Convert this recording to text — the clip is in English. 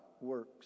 works